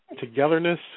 togetherness